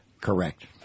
Correct